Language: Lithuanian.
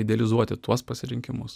idealizuoti tuos pasirinkimus